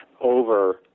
over